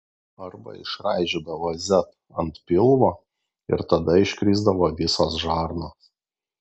arba išraižydavo z ant pilvo ir tada iškrisdavo visos žarnos